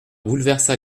bouleversa